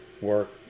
work